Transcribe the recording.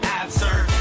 absurd